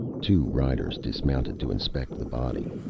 two riders dismounted to inspect the body.